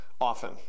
often